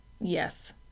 Yes